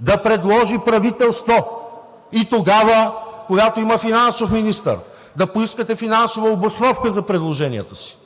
да предложи правителство и тогава, когато има финансов министър, да поискате финансова обосновка за предложенията си